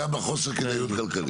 גם הסיכון וגם חוסר הכדאיות הכלכלית.